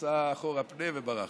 עשה אחורה פנה וברח.